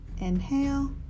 inhale